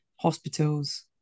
hospitals